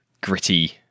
gritty